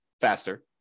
faster